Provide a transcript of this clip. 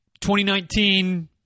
2019